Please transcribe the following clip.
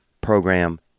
program